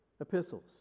epistles